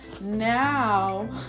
now